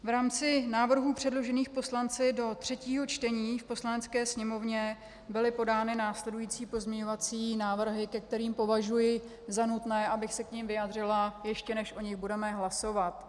V rámci návrhů předložených poslanci do třetího čtení v Poslanecké sněmovně byly podány následující pozměňovací návrhy, ke kterým považuji za nutné, abych se k nim vyjádřila, ještě než o nich budeme hlasovat.